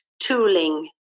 tooling